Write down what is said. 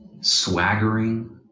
swaggering